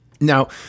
Now